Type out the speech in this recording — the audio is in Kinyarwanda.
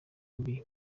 mbi